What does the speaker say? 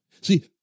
See